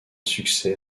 succès